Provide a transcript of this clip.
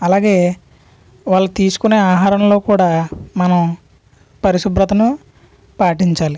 అలాగే వాళ్ళు తీసుకునే ఆహారంలో కూడా మనం పరిశుభ్రతను పాటించాలి